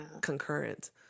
concurrent